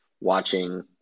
watching